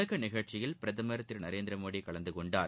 தொடக்க நிகழ்ச்சியில் பிரதமர் திரு நரேந்திர மோடி கலந்து கொண்டார்